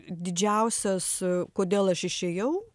didžiausias kodėl aš išėjau